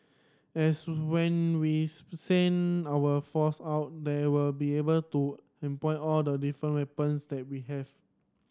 as when we send our force out they will be able to employ all the different weapons that we have